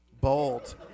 Bold